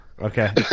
Okay